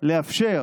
לאפשר